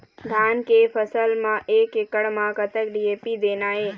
धान के फसल म एक एकड़ म कतक डी.ए.पी देना ये?